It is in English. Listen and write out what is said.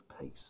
pace